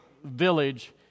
village